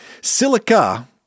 Silica